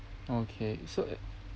okay so uh